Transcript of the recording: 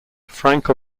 frank